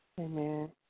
Amen